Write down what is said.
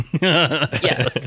yes